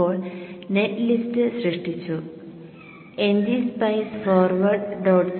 ഇപ്പോൾ net list സൃഷ്ടിച്ചു ngSpice forward